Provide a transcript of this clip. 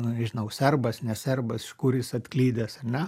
na nežinau serbas ne serbas iš kur jis atklydęs ar ne